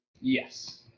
Yes